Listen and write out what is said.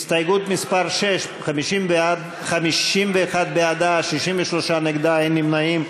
הסתייגות מס' 6, 51 בעדה, 63 נגדה, אין נמנעים.